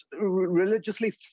religiously